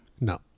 No